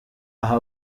aha